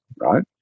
right